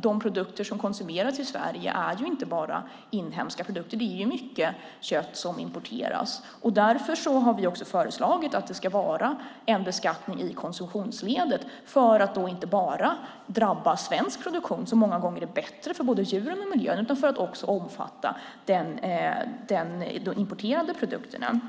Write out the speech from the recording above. de produkter som konsumeras i Sverige är inte bara inhemska produkter; det är mycket kött som importeras. Därför har vi föreslagit en beskattning i konsumtionsledet som inte bara ska omfatta svensk produktion, som många gånger är bättre för både djuren och miljön, utan också omfatta de importerade produkterna.